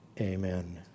Amen